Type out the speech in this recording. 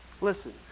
Listen